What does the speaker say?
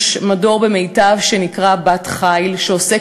יש מדור במיט"ב שנקרא "בת-חיל", שעוסק